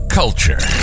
culture